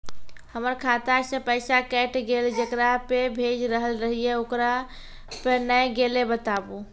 हमर खाता से पैसा कैट गेल जेकरा पे भेज रहल रहियै ओकरा पे नैय गेलै बताबू?